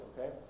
okay